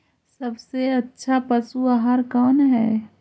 सबसे अच्छा पशु आहार कौन है?